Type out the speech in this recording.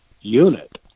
unit